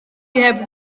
heb